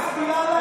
היא מסתירה להם.